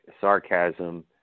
sarcasm